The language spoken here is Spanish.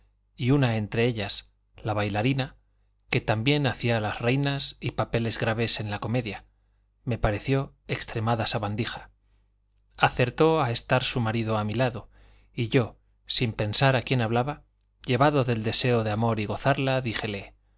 y una entre ellas la bailarina que también hacía las reinas y papeles graves en la comedia me pareció extremada sabandija acertó a estar su marido a mi lado y yo sin pensar a quien hablaba llevado del deseo de amor y gozarla díjele